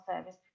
Service